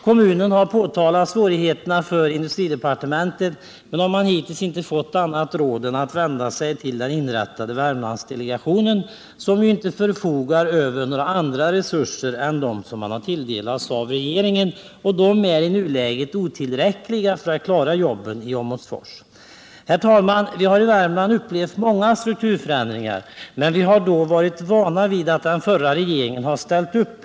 Kommunen har påtalat svårigheterna för industridepartementet men har hittills inte fått annat råd än att vända sig till den inrättade Värmlandsdelegationen, som inte förfogar över några andra resurser än dem som man tilldelats av regeringen, och de är i nuläget otillräckliga för att klara jobben i Åmotfors. Herr talman! Vi har i Värmland upplevt många strukturförändringar men vi har då varit vana vid att den förra regeringen har ställt upp.